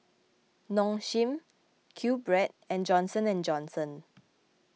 Nong Shim Qbread and Johnson and Johnson